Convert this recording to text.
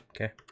Okay